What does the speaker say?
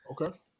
Okay